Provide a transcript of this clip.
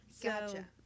Gotcha